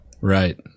Right